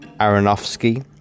aronofsky